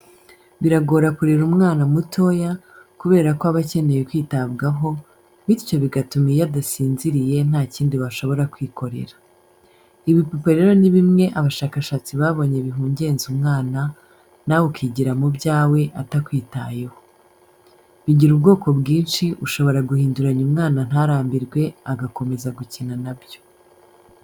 Biragora kurera umwana mutoya, kubera ko aba akeneye kwitabwaho, bityo bigatuma iyo adasinziriye nta kindi washobora kwikorera. Ibipupe rero ni bimwe abashakashatsi babonye bihugenza umwana, nawe ukigira mu byawe atakwitayeho. Bigira ubwoko bwinshi ushobora guhinduranya umwana ntarambirwe agakomeza gukina na byo.